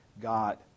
God